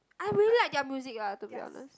I really like their music ah to be honest